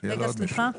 שיהיה לו עוד מישהו.